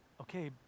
Okay